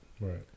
Right